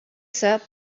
said